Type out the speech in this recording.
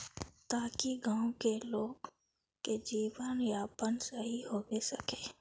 ताकि गाँव की लोग के जीवन यापन सही होबे सके?